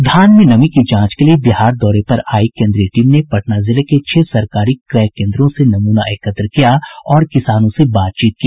धान में नमी की जांच के लिये बिहार दौरे पर आई केंद्रीय टीम ने पटना जिले के छह सरकारी क्रय केंद्रों से नमूना एकत्र किया और किसानों से बातचीत की